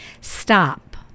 Stop